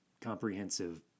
comprehensive